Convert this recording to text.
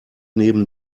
neben